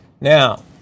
Now